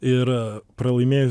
ir pralaimėjus